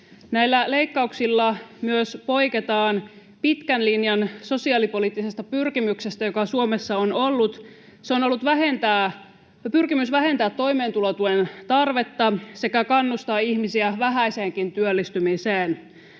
Näillä leikkauksilla myös poiketaan pitkän linjan sosiaalipoliittisesta pyrkimyksestä, joka Suomessa on ollut. Se on ollut pyrkimys vähentää toimeentulotuen tarvetta sekä kannustaa ihmisiä vähäiseenkin työllistymiseen.